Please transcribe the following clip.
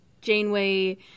Janeway